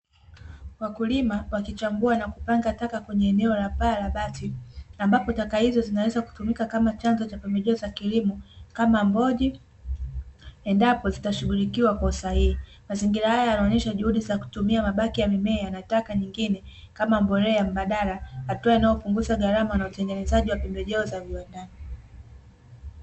Wakulima wakichambua na kupanga taka kwenye eneo la paa la bati, ambapo taka hizo zinaweza kutumika kama chanzo cha pembejeo za kilimo kama Mboji endapo zitashughulikiwa kwa usahihi. Mazingira haya yanaonyesha juhudi za kutumia mabaki ya mimea na taka nyingine kama mbolea mbadala, hatua inayopunguza gharama za utengenezaji wa pembejeo za viwandani.